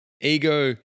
Ego